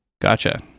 Gotcha